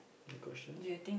any questions